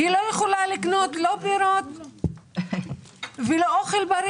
היא לא יכולה לקנות פירות ואוכל בריא.